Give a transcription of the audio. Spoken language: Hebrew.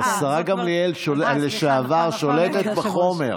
השרה לשעבר גמליאל שולטת בחומר.